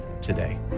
today